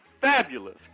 fabulous